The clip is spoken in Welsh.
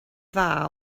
dda